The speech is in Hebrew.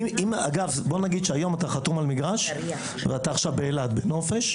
נניח ואתה היום חתום על מגרש ואתה נמצא בנופש באילת.